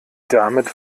damit